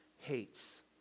hates